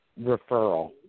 referral